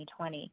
2020